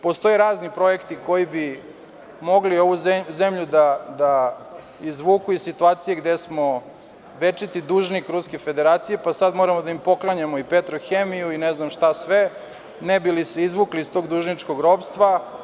Postoje razni projekti koji bi mogli ovu zemlju da izvuku iz situacije gde smo večiti dužnik Ruske Federacije, pa sada moramo da im poklanjamo i „Petrohemiju“ i ne znam šta sve ne bi li se izvukli iz tog dužničkog ropstva.